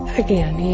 again